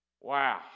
Wow